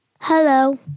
hello